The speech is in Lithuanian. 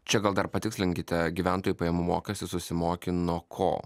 čia gal dar patikslinkite gyventojų pajamų mokestį susimoki nuo ko